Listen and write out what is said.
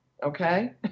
Okay